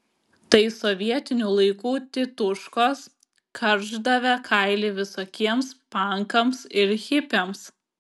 tai sovietinių laikų tituškos karšdavę kailį visokiems pankams ir hipiams